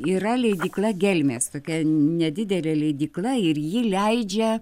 yra leidykla gelmės tokia nedidelė leidykla ir ji leidžia